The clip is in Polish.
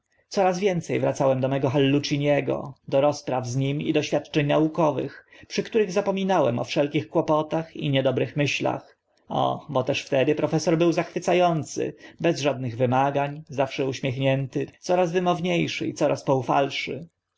coraz więce wracałem do mego halluciniego do rozpraw z nim i doświadczeń naukowych przy których zapominałem o wszelkich kłopotach i niedobrych myślach o bo też wtedy profesor był zachwyca ący bez żadnych wymagań zawsze uśmiechnięty coraz wymownie szy i coraz poufalszy